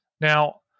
Now